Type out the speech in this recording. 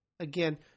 Again